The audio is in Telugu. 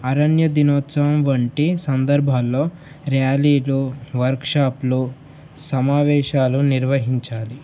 అరణ్య దినోత్సవం వంటి సందర్భాల్లో ర్యాలీలు వర్క్షాప్లు సమావేశాలు నిర్వహించాలి